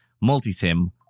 multi-SIM